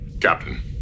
Captain